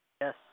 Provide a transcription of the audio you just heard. Yes